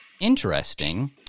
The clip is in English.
interesting